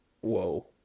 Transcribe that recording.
Whoa